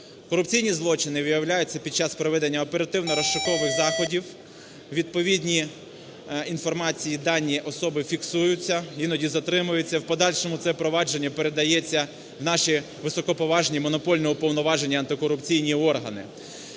корупційні злочини виявляються під час проведення оперативно-розшукових заходів – відповідні інформації, дані особи фіксуються, іноді затримуються, в подальшому це провадження передається в наші високоповажні монопольно уповноважені антикорупційні органи.